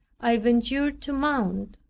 i ventured to mount.